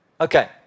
Okay